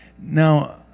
Now